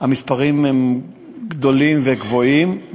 המספרים הם גדולים וגבוהים,